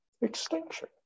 extinction